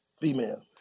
female